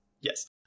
Yes